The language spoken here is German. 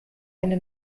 eine